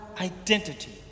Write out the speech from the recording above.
identity